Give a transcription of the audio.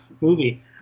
movie